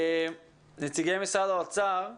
נציגי משרד האוצר,